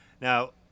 Now